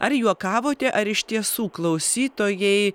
ar juokavote ar iš tiesų klausytojai